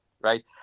right